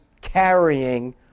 carrying